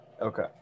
Okay